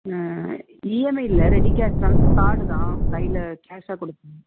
ஆ EMI இல்லை ரெடிகேஷ்தான் கார்டுதான் கையில கேஷாக கொடுத்து